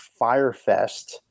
Firefest